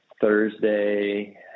Thursday